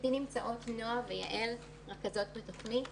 נמצאות איתי נועה ויעל שהן רכזות התוכנית,